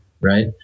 right